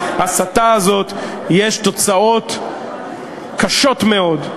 שלהסתה הזאת יש תוצאות קשות מאוד.